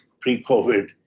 pre-COVID